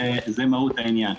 זה מהות העניין.